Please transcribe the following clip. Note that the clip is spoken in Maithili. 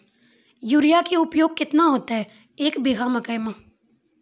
यूरिया के उपयोग केतना होइतै, एक बीघा मकई मे?